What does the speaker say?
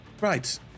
right